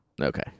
Okay